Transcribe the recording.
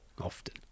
often